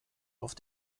auf